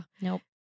Nope